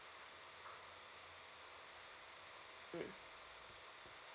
mm